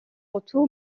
retour